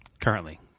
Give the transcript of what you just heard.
Currently